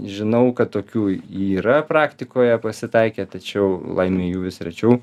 žinau kad tokių yra praktikoje pasitaikę tačiau laimei jų vis rečiau